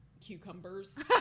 cucumbers